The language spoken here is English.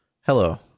Hello